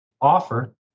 offer